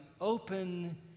open